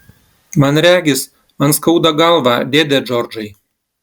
man regis man skauda galvą dėde džordžai